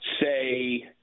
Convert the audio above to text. say